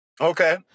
Okay